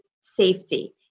safety